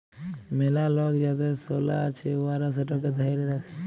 ম্যালা লক যাদের সলা আছে উয়ারা সেটকে ধ্যইরে রাখে